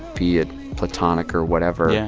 be it platonic or whatever, yeah